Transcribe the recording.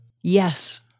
Yes